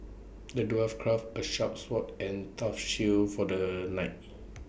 the dwarf crafted A sharp sword and tough shield for the knight